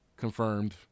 Confirmed